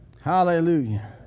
Hallelujah